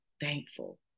thankful